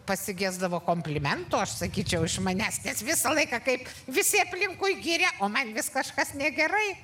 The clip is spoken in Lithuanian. pasigesdavo komplimentų aš sakyčiau iš manęs nes visą laiką kaip visi aplinkui giria o man vis kažkas negerai